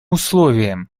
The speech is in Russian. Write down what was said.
условием